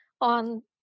on